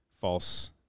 false